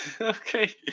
okay